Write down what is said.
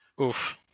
Oof